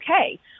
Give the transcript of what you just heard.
okay